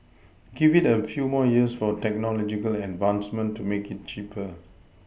give it a few more years for technological advancement to make it cheaper